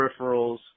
peripherals